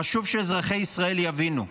חשוב שאזרחי ישראל יבינו.